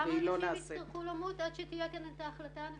כמה אנשים יצטרכו למות עד שתהיה כאן החלטה נכונה?